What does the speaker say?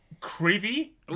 creepy